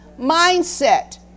mindset